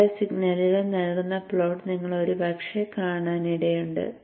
data സിഗ്നലുകൾ നൽകുന്ന plot നിങ്ങൾ ഒരുപക്ഷേ കാണാനിടയുണ്ട്